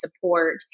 support